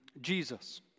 Jesus